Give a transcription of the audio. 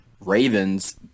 ravens